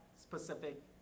specific